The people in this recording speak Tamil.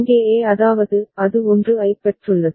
இங்கே e அதாவது அது 1 ஐப் பெற்றுள்ளது